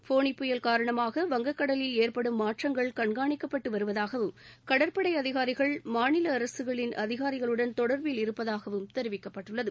ஃபோனி புயல் காரணமாக வங்கக்கடலில் ஏற்படும் மாற்றங்கள் கண்காணிக்கப்பட்டு வருவதாகவும் கடற்படை அதிகாரிகள் மாநில அரசுகளின் அதிகாரிகளுடன் தொடர்பில் இருப்பதாகவும் தெரிவிக்கப்பட்டுள்ளது